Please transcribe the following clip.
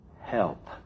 help